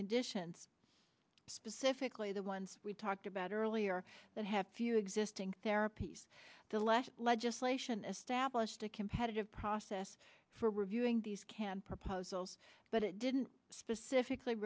conditions specifically the ones we talked about earlier that have few existing therapies legislation established a competitive process for reviewing these can proposals but it didn't specifically